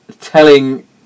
telling